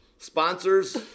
Sponsors